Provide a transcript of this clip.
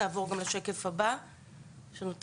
בשנת